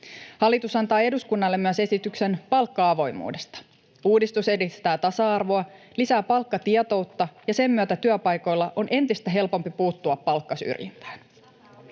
Hallitus antaa eduskunnalle myös esityksen palkka-avoimuudesta. Uudistus edistää tasa-arvoa ja lisää palkkatietoutta, ja sen myötä työpaikoilla on entistä helpompi puuttua palkkasyrjintään.